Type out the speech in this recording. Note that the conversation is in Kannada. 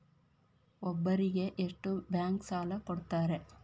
ಒಬ್ಬರಿಗೆ ಎಷ್ಟು ಬ್ಯಾಂಕ್ ಸಾಲ ಕೊಡ್ತಾರೆ?